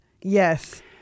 yes